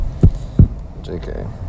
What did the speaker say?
JK